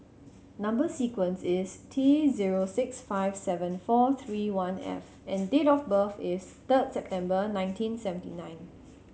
number sequence is T zero six five seven four three one F and date of birth is third September nineteen seventy nine